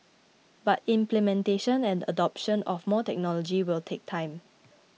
but implementation and adoption of more technology will take time